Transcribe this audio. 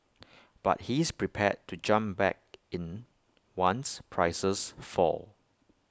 but he's prepared to jump back in once prices fall